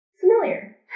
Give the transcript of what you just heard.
familiar